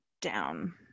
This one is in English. down